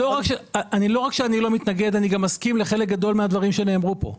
לא רק שאני לא מתנגד אלא אני גם מסכים לחלק גדול מהדברים שנאמרו כאן.